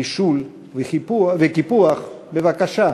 נישול וקיפוח, בבקשה,